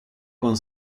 con